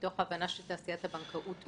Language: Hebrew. מתוך הבנה שתעשיית הבנקאות משתנה.